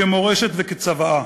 כמורשת וכצוואה.